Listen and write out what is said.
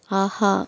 ஆஹா